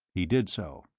he did so.